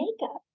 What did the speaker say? makeup